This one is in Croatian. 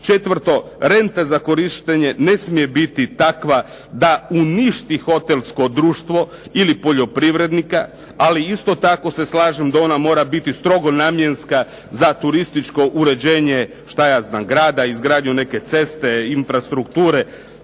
Četvrto, renta za korištenje ne smije biti takva da uništi hotelsko društvo ili poljoprivrednika ali isto tako se slažem da ona mora biti strogo namjenska za turističko uređenje grada, izgradnju neke ceste, infrastrukture